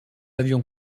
avion